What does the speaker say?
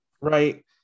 right